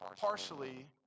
partially